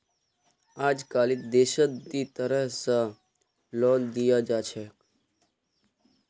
अजकालित देशत दी तरह स लोन दियाल जा छेक